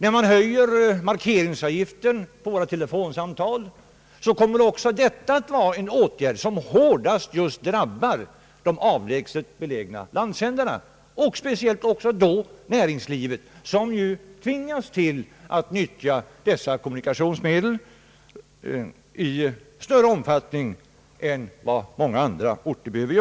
även höjningen av markeringsavgiften vid telefonsamtal är en åtgärd som hårdast drabbar just avlägset belägna landsändar och speciellt då dessas näringsliv, som ju tvingas att utnyttja detta kommunikationsmedel i större omfattning än på andra håll.